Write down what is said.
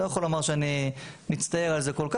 אני לא יכול לומר שאני מצטער על זה כל כך,